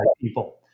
people